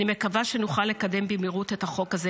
אני מקווה שנוכל לקדם במהירות את החוק הזה